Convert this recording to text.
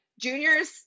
Juniors